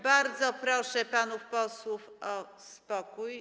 Bardzo proszę panów posłów o spokój.